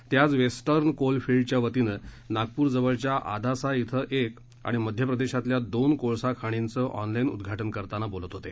ते आज वेस्टर्न कोलफिल्डच्या वतीनं नागपूर जवळच्या आदासा क्रिं एक आणि मध्यप्रदेशातल्या दोन कोळसा खाणींचे ऑनलाईन उद्घाटन करताना बोलत होते